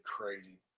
crazy